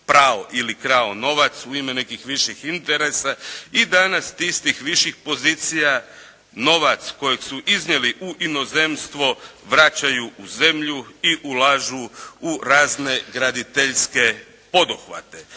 prao ili krao novac u ime nekih viših interesa i danas s tih istih viših pozicija novac kojeg su iznijeli u inozemstvo vraćaju u zemlju i ulažu u razne graditeljske poduhvate.